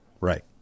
right